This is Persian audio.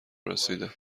رسیدم